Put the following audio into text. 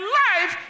life